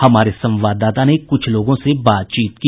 हमारे संवादाता ने कुछ लोगों से बातचीत की